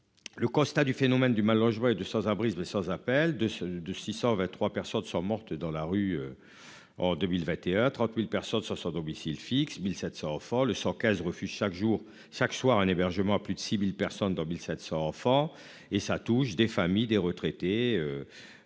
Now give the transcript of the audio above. Le constat du phénomène du mal-logement et du sans-abrisme est sans appel de ce, de 623 personnes sont mortes dans la rue. En 2021, 30.000 personnes sont sans domicile fixe 1700 forts le 115 refuse chaque jour chaque soir un hébergement à plus de 6000 personnes dans 1700 enfants et ça touche des familles des retraités.